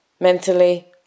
mentally